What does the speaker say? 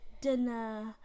dinner